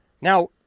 Now